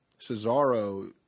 Cesaro